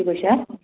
কি কৈছে